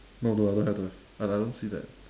no but I don't have though I I don't see that